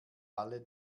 alle